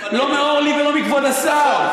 לא ממני ולא מכבוד השר.